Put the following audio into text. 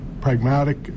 pragmatic